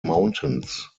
mountains